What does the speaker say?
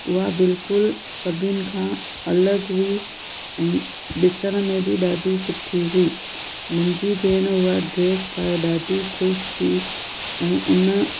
उहा बिल्कुलु सभिनि खां अलॻि हुई ऐं ॾिसण में बि ॾाढी सुठी हुई मुंहिंजी भेण उहा ड्रेस पाए ॾाढी ख़ुशि थी ऐं उन